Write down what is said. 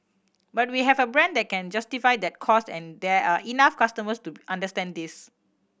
but we have a brand that can justify that cost and there are enough customers to understand this